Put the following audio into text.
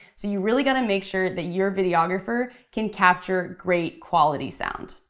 so you really gotta make sure that your videographer can capture great quality sound.